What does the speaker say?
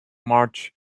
march